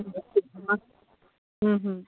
ꯎꯝ